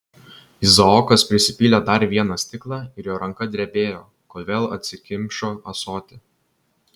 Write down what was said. izaokas prisipylė dar vieną stiklą ir jo ranka drebėjo kol vėl atsikimšo ąsotį